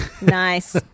Nice